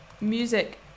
music